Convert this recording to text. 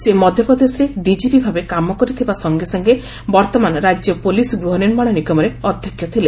ସେ ମଧ୍ୟପ୍ରଦେଶରେ ଡିକିପି ଭାବେ କାମ କରିଥିବା ସଙ୍ଗେ ସଙ୍ଗେ ବର୍ତ୍ତମାନ ରାଜ୍ୟ ପୁଲିସ୍ ଗୃହନିର୍ମାଣ ନିଗମରେ ଅଧ୍ୟକ୍ଷ ଥିଲେ